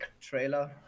trailer